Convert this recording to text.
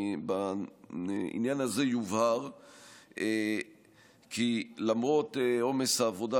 בעניין הזה יובהר כי למרות עומס העבודה,